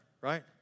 right